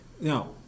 Now